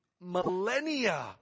millennia